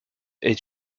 est